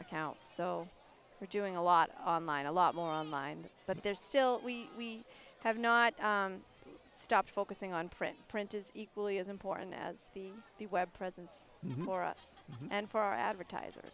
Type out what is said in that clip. account so we're doing a lot online a lot more online but there's still we have not stopped focusing on print print is equally as important as the web presence for us and for our advertiser